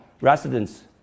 residents